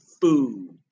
food